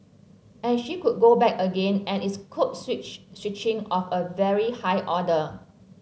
and she could go back again and it's code switch switching of a very high order